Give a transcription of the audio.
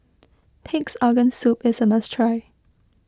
Pig's Organ Soup is a must try